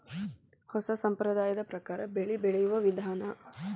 ಹೊಸಾ ಸಂಪ್ರದಾಯದ ಪ್ರಕಾರಾ ಬೆಳಿ ಬೆಳಿಯುವ ವಿಧಾನಾ